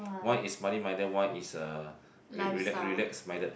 one is money minded what is a relax relax minded